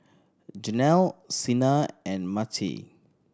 Janel Cena and Mattye